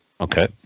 Okay